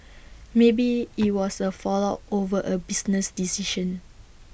maybe IT was A fallout over A business decision